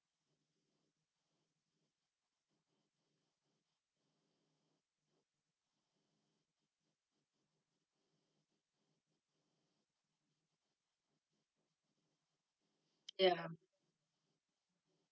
ya